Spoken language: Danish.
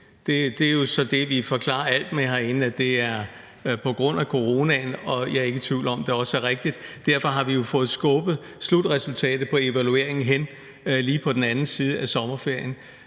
Det er jo så det, vi forklarer alt med herinde, altså at det er på grund af coronaen, og jeg er ikke i tvivl om, at det også er rigtigt. Derfor har vi jo fået skubbet slutresultatet af evalueringen hen til lige på den anden side af sommerferien.